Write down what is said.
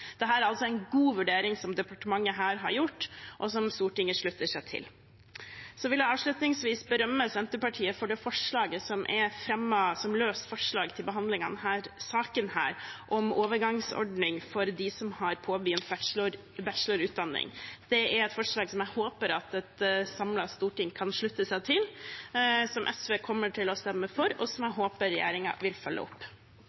Det er altså en god vurdering departementet her har gjort, og som Stortinget slutter seg til. Så vil jeg avslutningsvis berømme Senterpartiet for det forslaget som er fremmet som et løst forslag under behandlingen av denne saken, om en overgangsordning for dem som har påbegynt bachelorutdanning. Det er et forslag som jeg håper at et samlet storting kan slutte seg til, som SV kommer til å stemme for, og som jeg håper regjeringen vil følge opp.